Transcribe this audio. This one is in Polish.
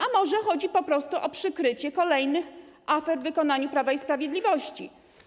A może chodzi po prostu o przykrycie kolejnych afer w wykonaniu Prawa i Sprawiedliwości?